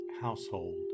household